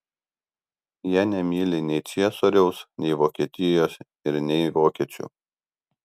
jie nemyli nei ciesoriaus nei vokietijos ir nei vokiečių